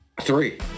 three